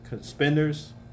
spenders